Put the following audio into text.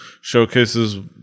showcases